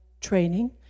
training